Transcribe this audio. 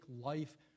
life